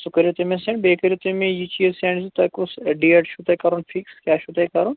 سُہ کٔرِو تُہۍ مےٚ سیٚنٛڈ بیٚیہِ کٔرِو تُہۍ مےٚ یہِ چیٖز سیٚنٛڈ زِ تۄہہِ کُس ڈیٹ چھُو تۄہہِ کَرُن فِکٕس کیٛاہ چھُو تۄہہِ کَرُن